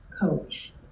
coach